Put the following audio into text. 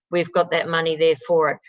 we've got that money there for it.